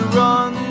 run